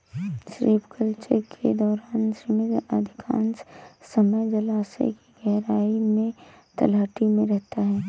shrimp culture के दौरान shrimp अधिकांश समय जलायश की गहराई में तलहटी में रहता है